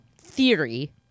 theory